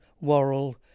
Worrell